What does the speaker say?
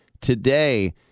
today